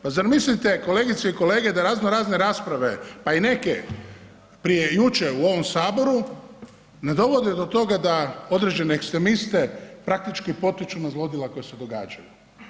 Pa zar mislite kolegice i kolege da razno razne rasprave, pa i neke prije, jučer u ovom saboru ne dovode do toga da određene ekstremiste praktički potiču na zlodjela koja se događaju.